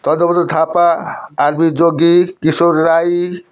Chandra Bahadur Thapa R B Jogi Kishor Rai